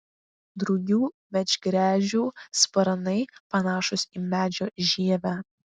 drugių medgręžių sparnai panašūs į medžio žievę